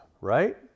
right